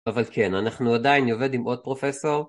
אבל כן, אנחנו עדיין אני עובד עם עוד פרופסור